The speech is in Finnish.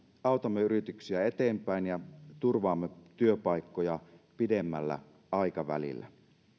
autamme yrityksiä eteenpäin ja turvaamme työpaikkoja pidemmällä aikavälillä